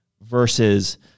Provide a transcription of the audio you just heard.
versus